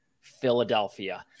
Philadelphia